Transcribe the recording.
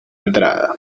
entrada